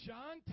John